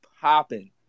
popping